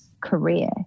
career